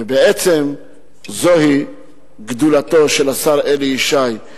ובעצם זוהי גדולתו של השר אלי ישי.